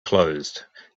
closed